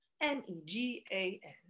m-e-g-a-n